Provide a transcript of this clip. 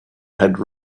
had